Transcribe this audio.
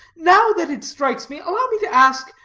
now that it strikes me, allow me to ask,